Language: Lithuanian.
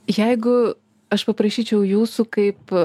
jeigu aš paprašyčiau jūsų kaip